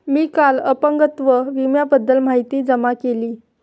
मी काल अपंगत्व विम्याबद्दल माहिती जमा केली